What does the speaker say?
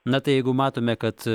na tai jeigu matome kad